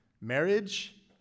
marriage